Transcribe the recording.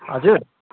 हजुर